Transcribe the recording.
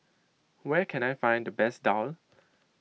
where can I find the best Daal